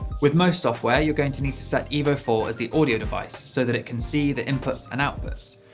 with most software, you're going to need to set evo four as the audio device so that it can see the inputs and outputs.